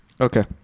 Okay